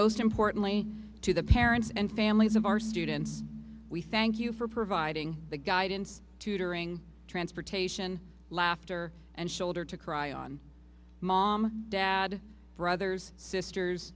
most importantly to the parents and families of our students we thank you for providing the guidance tutoring transportation laughter and shoulder to cry on mom dad brothers sisters